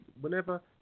whenever